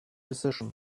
decisions